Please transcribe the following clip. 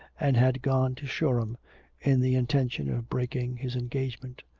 and had gone to shoreham in the intention of breaking his engagement.